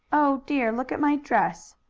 oh, dear! look at my dress!